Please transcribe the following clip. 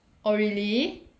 oh really